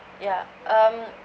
ya um